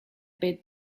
bit